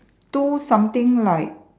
two something like